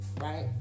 right